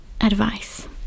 advice